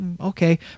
okay